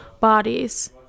bodies